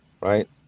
Right